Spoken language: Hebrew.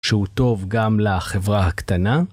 ‫שהוא טוב גם לחברה הקטנה?